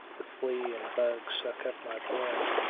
the flea and bug suck up my blood,